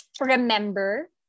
remember